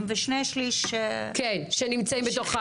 שליש חדשים ושני שליש שכבר נמצאים.